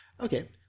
Okay